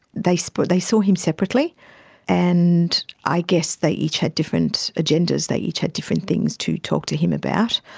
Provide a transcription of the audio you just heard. they so they saw him separately and i guess they each had different agendas, they each had different things to talk to him about.